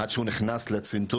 אני קורא לזה מקצוע שהוא מציל חיים.